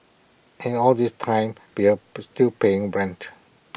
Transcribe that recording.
and all this time we are puts still paying rent